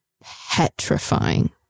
petrifying